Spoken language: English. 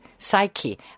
Psyche